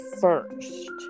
first